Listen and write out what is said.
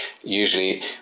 usually